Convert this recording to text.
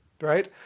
right